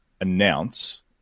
announce